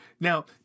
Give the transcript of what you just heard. Now